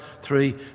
three